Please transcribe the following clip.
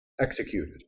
executed